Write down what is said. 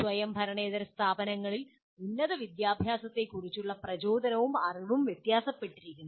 സ്വയംഭരണേതര സ്ഥാപനങ്ങളിൽ ഉന്നത വിദ്യാഭ്യാസത്തെക്കുറിച്ചുള്ള പ്രചോദനവും അറിവും വ്യത്യാസപ്പെട്ടിരിക്കുന്നു